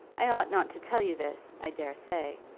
i ought not to tell you this, i dare say,